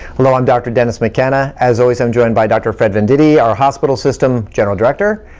hello, i'm dr. dennis mckenna. as always, i'm joined by dr. fred venditti, our hospital system general director,